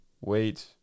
wait